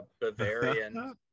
bavarian